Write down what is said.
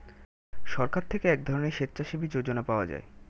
সরকার থেকে এক ধরনের স্বেচ্ছাসেবী যোজনা পাওয়া যায়